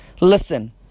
listen